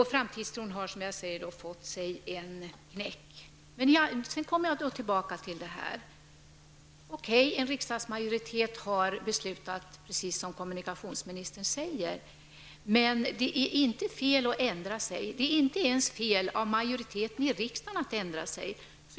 Framtidstron har fått sig en knäck. Okej, en riksdagsmajoritet har fattat sitt beslut, precis som kommunikationsministern säger, men det är inte fel att ändra sig. Det är inte ens fel av majoriteten i riksdagen att ändra sig.